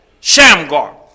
Shamgar